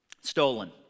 stolen